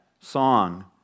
song